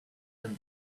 him